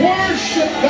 Worship